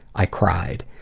i cried.